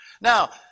Now